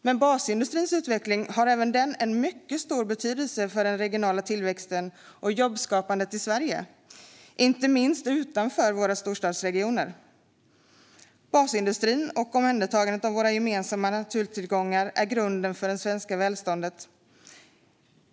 Även basindustrins utveckling har en mycket stor betydelse för regional tillväxt och jobbskapande i Sverige, inte minst utanför våra storstadsregioner. Basindustrin och omhändertagandet av våra gemensamma naturtillgångar är grunden för det svenska välståndet.